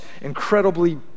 incredibly